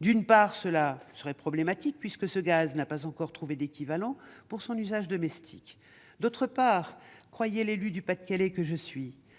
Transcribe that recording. d'une part, cela serait problématique, puisque ce gaz n'a pas encore trouvé d'équivalent pour son usage domestique et, d'autre part, croyez l'élue du Pas-de-Calais que je suis,